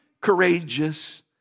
courageous